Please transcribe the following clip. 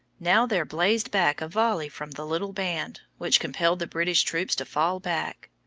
now there blazed back a volley from the little band, which compelled the british troops to fall back.